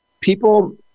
people –